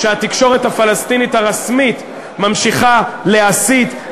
שהתקשורת הפלסטינית הרשמית ממשיכה להסית.